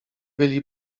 byli